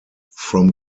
from